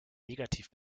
negativ